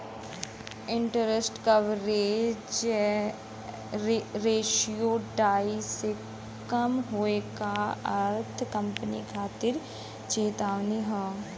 interest coverage ratio ढाई से कम होये क अर्थ कंपनी खातिर चेतावनी हौ